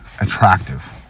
attractive